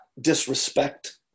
disrespect